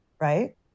Right